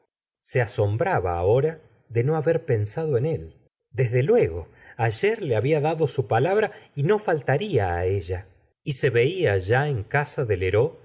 se asombraba ahora de no haber pensado en él desde luego ayer le había dado su palabra y no faltaría á ella y se veia ya en casa de